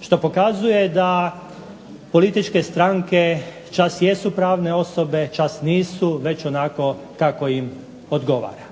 Što pokazuje da političke stranke čas jesu pravne osobe, čas nisu, već onako kako im odgovara.